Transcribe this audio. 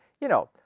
you know,